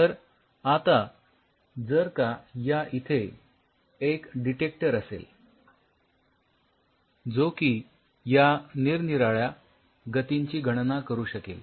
तर आता जर का या इथे एक डिटेक्टर असेल जो की या निरनिराळ्या गतींची गणना करू शकेल